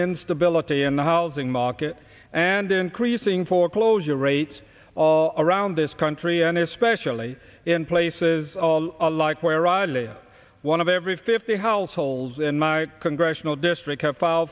instability in the housing market and increasing foreclosure rates all around this country and especially in places like where i live one of every fifty households in my congressional district have file